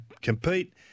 compete